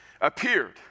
appeared